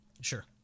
Sure